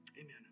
Amen